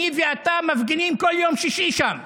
אני ואתה מפגינים כל יום שישי שם,